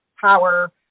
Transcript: power